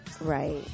Right